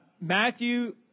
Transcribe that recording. Matthew